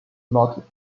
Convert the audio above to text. not